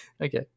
okay